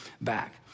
back